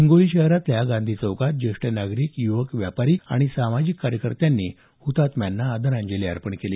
हिंगोली शहरातल्या गांधी चौकात ज्येष्ठ नागरिक युवक व्यापारी आणि सामाजिक कार्यकर्त्यांनी हुतात्म्यांना अभिवादन केलं